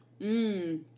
mmm